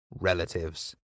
Relatives